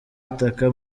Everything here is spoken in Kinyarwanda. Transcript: itaka